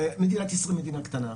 מדינת ישראל היא מדינה קטנה.